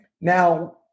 Now